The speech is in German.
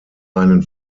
einen